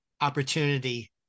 opportunity